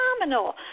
phenomenal